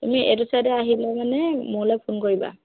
তুমি এইটো ছাইডে আহিলে মানে মোলে ফোন কৰিবা